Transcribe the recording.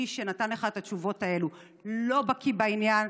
מי שנתן לך את התשובות האלה לא בקי בעניין.